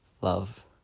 love